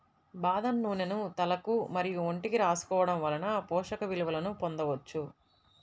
బాదం నూనెను తలకు మరియు ఒంటికి రాసుకోవడం వలన పోషక విలువలను పొందవచ్చు